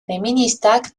feministak